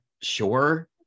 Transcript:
sure